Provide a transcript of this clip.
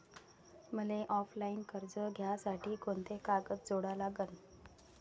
मले ऑफलाईन कर्ज घ्यासाठी कोंते कागद जोडा लागन?